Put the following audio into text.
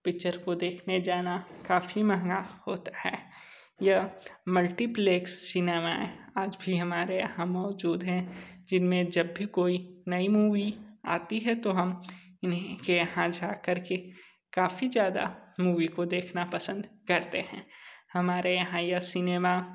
picture को देखने जाना काफ़ी महंगा होता है यह मल्टीप्लेक्स सिनेमाएं आज भी हमारे यहाँ मौजूद हैं जिन में जब भी कोई नई मूवी आती है तो हम इन्हीं के यहाँ जा कर के काफ़ी ज़्यादा मूवी को देखना पसंद करते हैं हमारे यहाँ यह सिनेमा